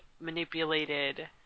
manipulated